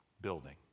building